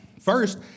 First